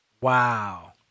Wow